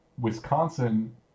Wisconsin